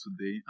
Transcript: today